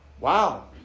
Wow